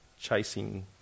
chasing